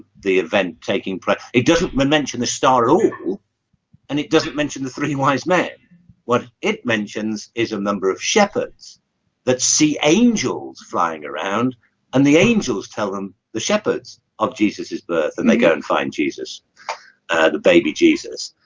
the event taking place it doesn't mention the star all and it doesn't mention the three wise men what it mentions is a number of shepherds that see angels flying around and the angels tell them the shepherd's of jesus's birth, and they go and find jesus the baby jesus